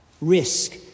Risk